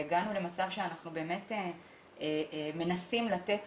הגענו למצב שאנחנו באמת מנסים לתת